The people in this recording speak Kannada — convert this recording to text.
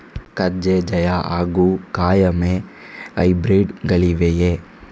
ಕಜೆ ಜಯ ಹಾಗೂ ಕಾಯಮೆ ಹೈಬ್ರಿಡ್ ಗಳಿವೆಯೇ?